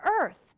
earth